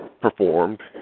performed